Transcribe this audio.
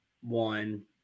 one